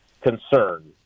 concern